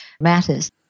matters